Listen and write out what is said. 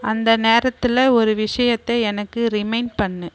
அந்த நேரத்தில் ஒரு விஷயத்தை எனக்கு ரிமைண்ட் பண்ணு